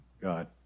God